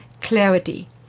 clarity